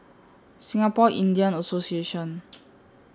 Singapore Indian Association